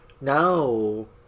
No